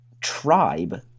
tribe